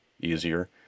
easier